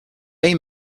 aim